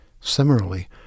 Similarly